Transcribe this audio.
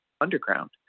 underground